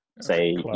say